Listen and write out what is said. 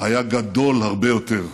היה גדול הרבה יותר.